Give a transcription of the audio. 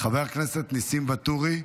חבר הכנסת ניסים ואטורי,